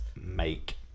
make